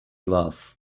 love